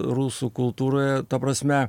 rusų kultūroje ta prasme